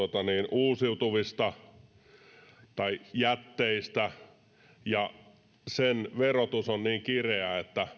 uusiutuvista tai jätteistä ja sen verotus on niin kireää että